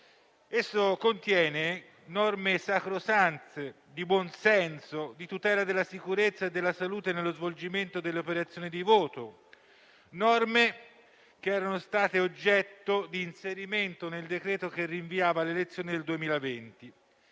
Esso contiene norme sacrosante di buonsenso, di tutela della sicurezza e della salute nello svolgimento delle operazioni di voto; norme che erano state oggetto di inserimento nel decreto che rinviava le elezioni del 2020,